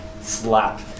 slap